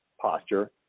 posture